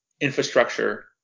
infrastructure